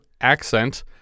Accent